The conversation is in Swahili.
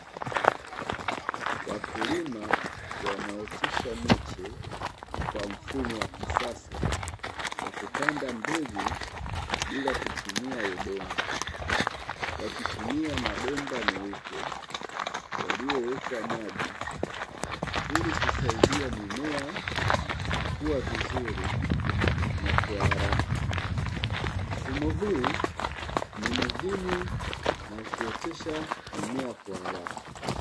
Wakulima wanaotesha miche kwa mfumo wa kisasa, wa kupanda mbegu bila kutumia udongo, wakitumia mabomba meupe yaliyowekwa maji ili kusaidia mimea kukua vizuri, na kwa haraka. Mfumo huu ni muhimu na huotesha mimea kwa haraka.